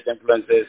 influences